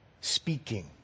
speaking